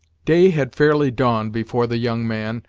day had fairly dawned before the young man,